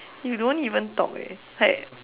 you don't even talk eh like